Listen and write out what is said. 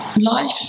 life